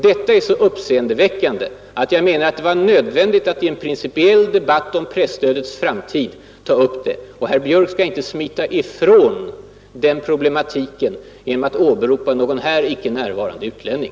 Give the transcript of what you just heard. Detta är så uppseendeväckande att jag menar att det var nödvändigt att i en principiell debatt om presstödets framtid ta upp det. Och herr Björk skall inte smita ifrån den problematiken genom att åberopa någon här icke närvarande utlänning.